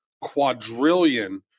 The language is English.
quadrillion